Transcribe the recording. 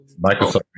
Microsoft